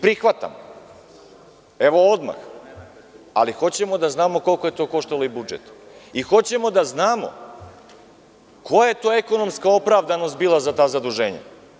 Prihvatam odmah, ali hoćemo da znamo koliko je to koštalo budžet i hoćemo da znamo koja je to ekonomska opravdanost bila za ta zaduženja.